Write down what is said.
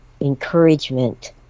encouragement